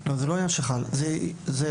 כדורגל, בעצם.